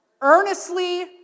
Earnestly